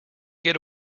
get